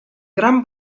gran